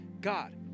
God